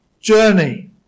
journey